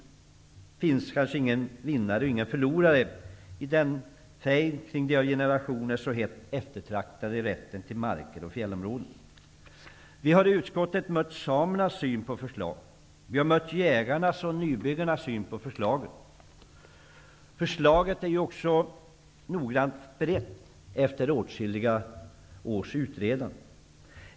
Det finns kanske ingen vinnare och ingen förlorare i denna fejd kring den av generationer så hett eftertraktade rätten till marker och fjällområden. Vi har i utskottet mött samernas syn på förslaget. Vi har mött jägarnas och nybyggarnas syn på förslaget. Förslaget är också noggrant berett, efter åtskilliga års utredande.